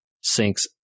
sinks